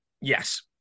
Yes